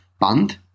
band